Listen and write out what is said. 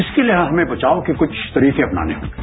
इसके लिए हमें बचाव के कुछ तरीके अपनाने हॉगे